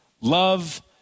Love